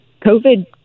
COVID